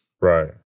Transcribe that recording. Right